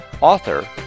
author